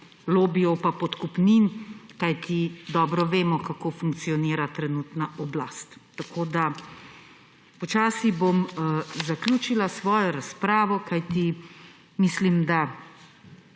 lobijev, pa podkupninah, kajti dobro vemo, kako funkcionira trenutna oblast. Počasi bom zaključila svojo razpravo, kajti mislim, da